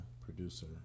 producer